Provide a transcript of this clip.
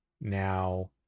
now